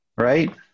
right